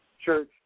church